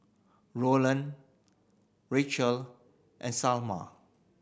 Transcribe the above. Roland Racheal and Salma